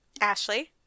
Ashley